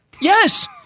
Yes